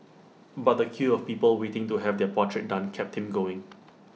but the queue of people waiting to have their portrait done kept him going